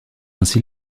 ainsi